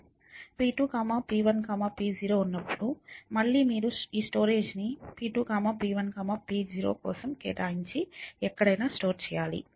p2 p1 p0 ఉన్నప్పుడు మళ్లీ మీరు ఈ స్టోరేజ్ని p 2 p 1 p0 కోసం కేటాయించి ఎక్కడైనా స్టోర్ చెయ్యాలి